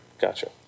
Gotcha